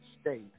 state